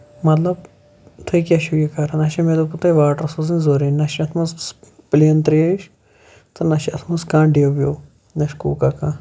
مطلب تُہۍ کیاہ چھِ یہِ کران اَسہِ چھا مےٚ دوٚپوٗ تۄہہِ واٹر سوٗزیو ضروٗری تہٕ نہ چھِ یَتھ منٛز پٔلین تریش نہ چھِ یَتھ منٛز کانہہ ڈیو ویو نہ چھُ کوکا کانہہ